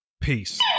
Peace